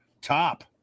top